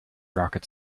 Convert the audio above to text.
rocket